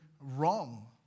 wrong